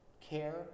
care